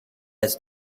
has